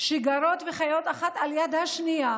שגרות וחיות אחת ליד השנייה